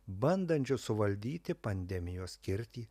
bandančius suvaldyti pandemijos kirtį